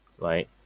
Right